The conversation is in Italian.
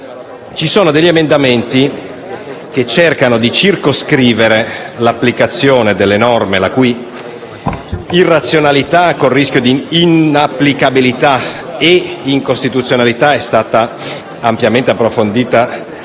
vi sono alcuni emendamenti che cercano nel loro insieme di circoscrivere l'applicazione di norme, la cui irrazionalità, con rischio di inapplicabilità e incostituzionalità, è stata ampiamente approfondita